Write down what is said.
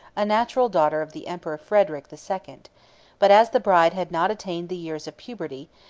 a natural daughter of the emperor frederic the second but as the bride had not attained the years of puberty,